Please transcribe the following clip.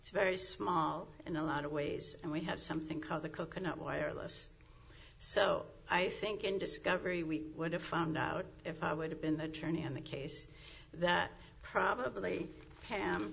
it's very small in a lot of ways and we have something called the coconut wireless so i think in discovery we would have found out if i would have been the tranny in that case that probably am